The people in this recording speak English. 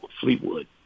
Fleetwood